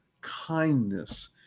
kindness